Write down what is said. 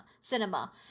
cinema